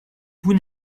vous